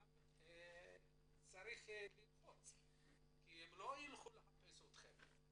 צריך ללחוץ כי הם לא ילכו לחפש אתכם.